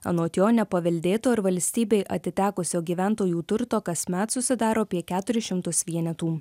anot jo nepaveldėto ir valstybei atitekusio gyventojų turto kasmet susidaro apie keturis šimtus vienetų